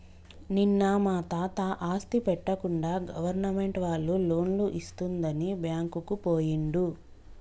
నిన్న మా తాత ఆస్తి పెట్టకుండా గవర్నమెంట్ వాళ్ళు లోన్లు ఇస్తుందని బ్యాంకుకు పోయిండు